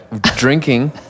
drinking